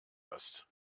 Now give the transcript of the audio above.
hast